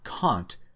kant